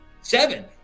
Seven